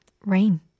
Rain